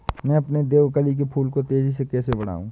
मैं अपने देवकली के फूल को तेजी से कैसे बढाऊं?